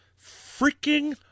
freaking